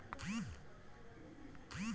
बैठुआ चावल ठंडी सह्याद्री में अच्छा होला का?